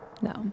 No